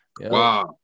Wow